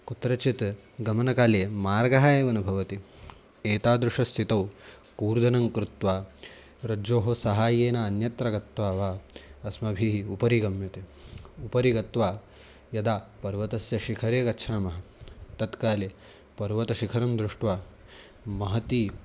कुत्रचित् गमनकाले मार्गः एव न भवति एतादृश्याः स्थितौ कूर्दनं कृत्वा रज्जोः सहाय्येन अन्यत्र गत्वा वा अस्माभिः उपरि गम्यते उपरि गत्वा यदा पर्वतस्य शिखरे गच्छामः तत्काले पर्वतशिखरं दृष्ट्वा महती